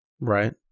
Right